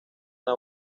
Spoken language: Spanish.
una